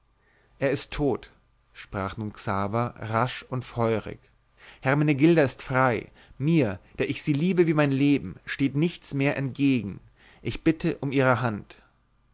er ist tot sprach nun xaver rasch und feurig hermenegilda ist frei mir der ich sie liebe wie mein leben steht nichts mehr entgegen ich bitte um ihre hand